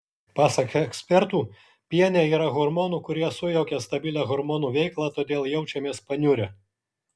pasak ekspertų piene yra hormonų kurie sujaukia stabilią hormonų veiklą todėl jaučiamės paniurę